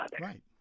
Right